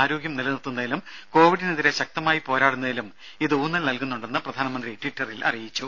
പ്രതിരോധം ആരോഗ്യം നിലനിർത്തുന്നതിലും കോവിഡിനെതിരെ ശക്തമായി പോരാടുന്നതിലും ഇത് ഊന്നൽ നൽകുന്നുണ്ടെന്ന് പ്രധാനമന്ത്രി ട്വിറ്ററിൽ പറഞ്ഞു